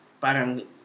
parang